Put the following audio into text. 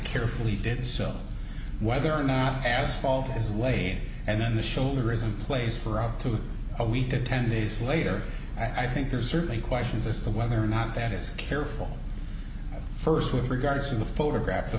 carefully did so whether or not asphalt is laid and then the shoulder is in place for up to a week to ten days later i think there's certainly questions as to whether or not that is careful first with regards to the photograph the